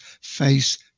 face